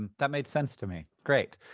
that made sense to me. great.